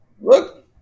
Look